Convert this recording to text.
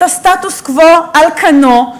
את הסטטוס-קוו על כנו,